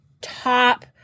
top